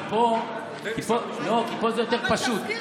כי פה זה יותר פשוט,